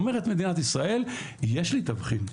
אומרת מדינת ישראל יש לי תבחין,